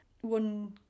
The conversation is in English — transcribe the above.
One